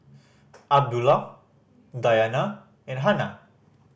Abdullah Dayana and Hana